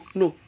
no